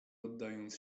oddając